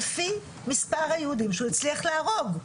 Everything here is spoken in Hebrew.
לפי מספר היהודים שהוא הצליח להרוג.